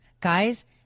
Guys